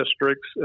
districts